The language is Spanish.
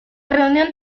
reunión